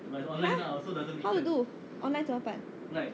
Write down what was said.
!huh! how to do online 怎么办